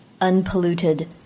unpolluted